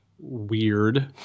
Weird